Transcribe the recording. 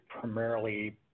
primarily